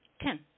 Ten